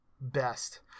best